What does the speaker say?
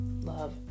love